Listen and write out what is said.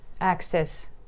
access